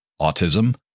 autism